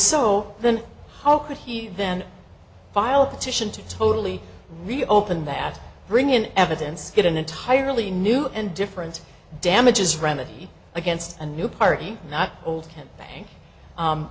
so then how could he then file a petition to totally reopen that bring in evidence get an entirely new and different damages remedy against a new party not old ca